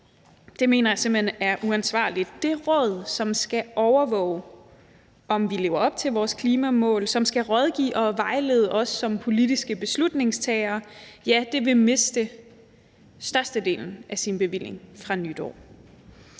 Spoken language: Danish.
Det mener jeg simpelt hen er uansvarligt. Det råd, som skal overvåge, om vi lever op til vores klimamål, og som skal rådgive og vejlede os som politiske beslutningstagere, vil miste størstedelen af sin bevilling fra nytår.